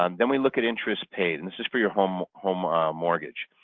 um then we look at interest paid, and this is for your home home mortgage.